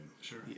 Sure